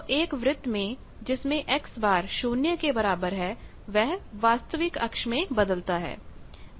तो एक वृत् में जिसमें X शून्य के बराबर है वह वास्तविक अक्ष में बदलता है